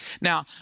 Now